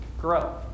grow